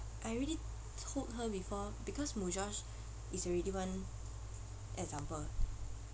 I already told her before because Mujosh is already one example